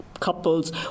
couples